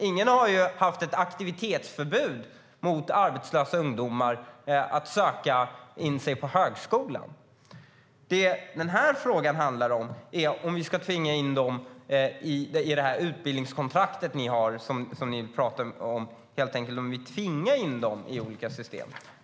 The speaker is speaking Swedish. Ingen har haft ett aktivitetsförbud mot arbetslösa ungdomar som vill söka in på högskolan. Den här frågan handlar om ifall vi ska tvinga in dem i det utbildningskontrakt som ni pratar om och om vi ska tvinga in dem i olika system.